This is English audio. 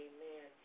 Amen